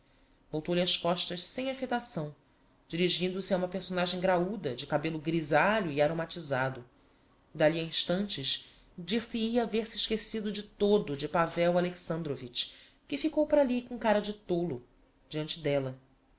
voltou-lhe as costas sem affectação dirigindo-se a uma personagem graúda de cabello grisalho e aromatizado e d'ali a instantes dir se hia haver se esquecido de todo de pavel alexandrovitch que ficou para ali com cara de tolo diante della